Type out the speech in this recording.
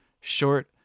short